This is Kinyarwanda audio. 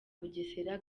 bugesera